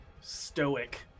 stoic